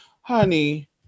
honey